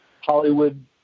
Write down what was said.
Hollywood